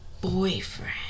Boyfriend